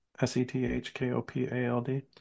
S-E-T-H-K-O-P-A-L-D